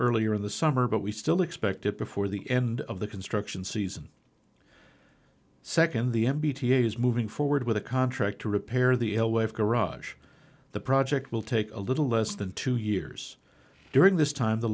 earlier in the summer but we still expect it before the end of the construction season nd the m b t is moving forward with a contract to repair the garage the project will take a little less than two years during this time the